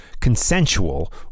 consensual